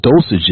dosages